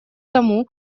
тому